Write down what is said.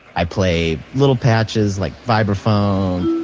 i play little patches like vibraphone,